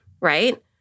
right